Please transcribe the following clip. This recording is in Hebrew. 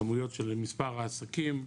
כמויות של מספר העסקים.